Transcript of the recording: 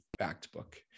Factbook